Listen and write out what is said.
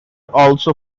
also